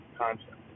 concept